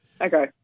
Okay